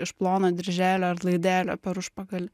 iš plono dirželio ar laidelio per užpakalį